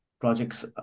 projects